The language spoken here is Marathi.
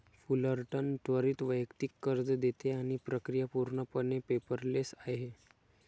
फुलरटन त्वरित वैयक्तिक कर्ज देते आणि प्रक्रिया पूर्णपणे पेपरलेस आहे